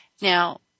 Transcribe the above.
Now